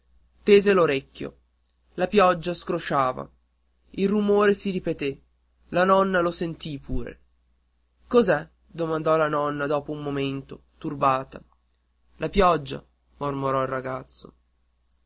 tese l'orecchio la pioggia scrosciava il rumore si ripeté la nonna lo sentì pure cos'è domandò la nonna dopo un momento turbata la pioggia mormorò il ragazzo